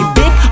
big